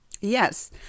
Yes